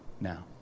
now